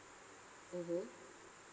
mmhmm